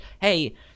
hey